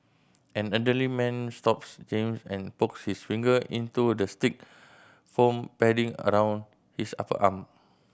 and elderly man stops James and pokes his finger into the stick foam padding around his upper arm